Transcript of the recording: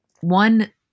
One